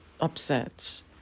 upsets